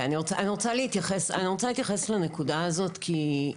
אני רוצה להתייחס לנקודה הזאת, כי,